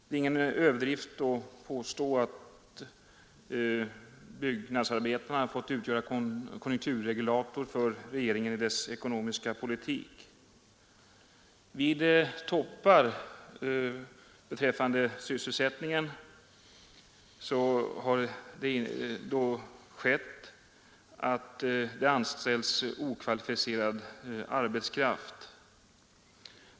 Det är ingen överdrift att påstå att byggnadsarbetarna har fått utgöra konjunkturregulator för regeringen i dess ekonomiska politik. Vid toppar i sysselsättningen har det hänt att okvalificerad arbetskraft har anställts.